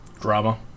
drama